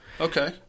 Okay